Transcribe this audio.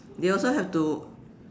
they also have to